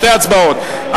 שתי הצבעות.